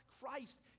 Christ